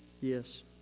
Yes